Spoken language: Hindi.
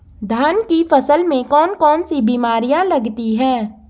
धान की फसल में कौन कौन सी बीमारियां लगती हैं?